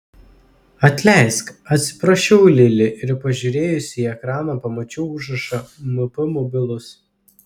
atleisk atsiprašiau lili ir pažiūrėjusi į ekraną pamačiau užrašą mp mobilus